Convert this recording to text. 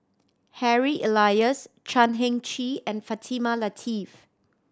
Harry Elias Chan Heng Chee and Fatimah Lateef